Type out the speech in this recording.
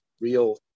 real